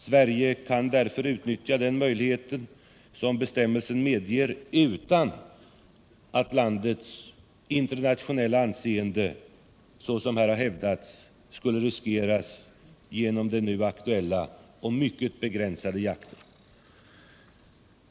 Sverige kan därför utnyttja den möjlighet som bestämmelsen medger utan att landets internationella anseende, så som hävdats här, skulle riskeras genom den nu aktuella, mycket begränsade jakten.